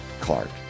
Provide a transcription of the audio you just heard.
Clark